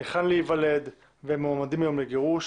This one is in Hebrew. היכן להיוולד והם מועמדים היום לגירוש.